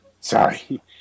Sorry